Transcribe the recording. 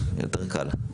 יותר קל.